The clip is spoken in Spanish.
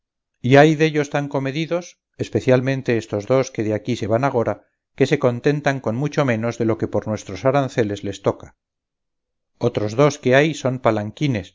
devoción y hay dellos tan comedidos especialmente estos dos que de aquí se van agora que se contentan con mucho menos de lo que por nuestros aranceles les toca otros dos que hay son palanquines